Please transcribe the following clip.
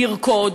לרקוד".